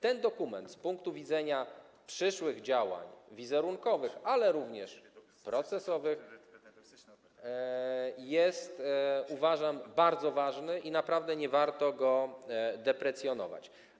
Ten dokument z punktu widzenia przyszłych działań wizerunkowych, ale również procesowych jest, uważam, bardzo ważny i naprawdę nie warto go deprecjonować.